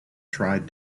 tried